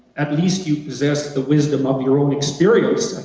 at least you possess the wisdom of your own experience.